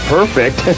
Perfect